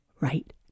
right